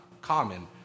common